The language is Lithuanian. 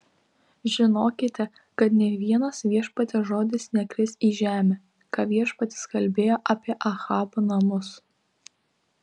žinokite kad nė vienas viešpaties žodis nekris į žemę ką viešpats kalbėjo apie ahabo namus